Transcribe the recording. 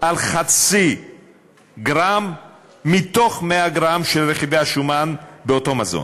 על חצי גרם מתוך 100 גרם של רכיבי השומן באותו מזון.